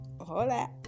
hola